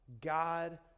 God